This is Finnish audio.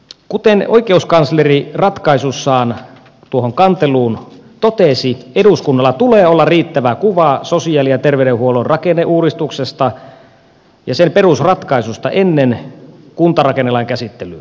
kuten oikeuskansleri ratkaisussaan tuohon kanteluun totesi eduskunnalla tulee olla riittävä kuva sosiaali ja terveydenhuollon rakenneuudistuksesta ja sen perusratkaisusta ennen kuntarakennelain käsittelyä